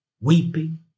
weeping